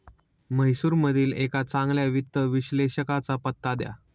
म्हैसूरमधील एका चांगल्या वित्त विश्लेषकाचा पत्ता द्या